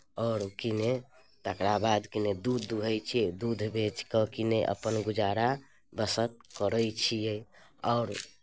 आओर किने तकरा बाद किने दूध दूहैत छियै दूध बेचि कऽ किने अपन गुजारा बसर करैत छियै आओर